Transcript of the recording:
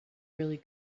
really